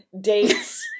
dates